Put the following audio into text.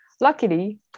Luckily